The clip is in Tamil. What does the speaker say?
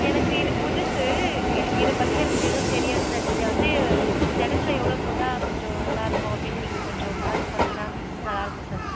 எனக்கு இது புதுசு இதை இதைப்பத்தி எனக்கு எதுவும் தெரியாது சார் நீங்கள் வந்து இந்த இடத்துல எவ்வளோ போட்டால் கொஞ்சம் நல்லாயிருக்கும் அப்படின்னு நீங்கள் கொஞ்சம் பார்த்து சொன்னீங்கன்னால் நல்லாயிருக்கும் சார்